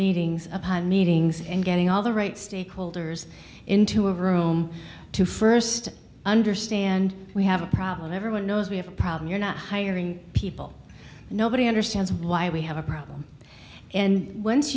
meetings upon meetings and getting all the right stakeholders into a room to first understand we have a problem everyone knows we have a problem you're not hiring people nobody understands why we have a problem and once